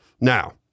Now